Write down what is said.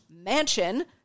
mansion